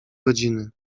godziny